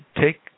take